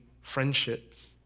friendships